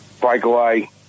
Breakaway